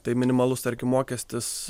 tai minimalus tarkim mokestis